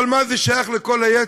אבל מה זה שייך לכל היתר?